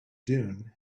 dune